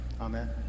Amen